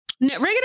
Regular